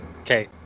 Okay